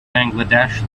bangladesh